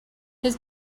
his